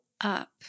up